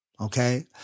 Okay